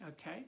Okay